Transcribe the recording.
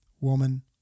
Woman